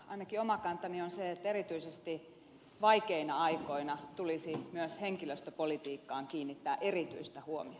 ainakin oma kantani on se että erityisesti vaikeina aikoina tulisi myös henkilöstöpolitiikkaan kiinnittää erityistä huomiota